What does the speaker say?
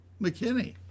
McKinney